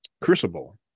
Crucible